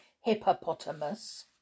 hippopotamus